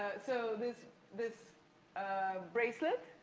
ah so, this this bracelet,